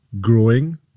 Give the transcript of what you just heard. growing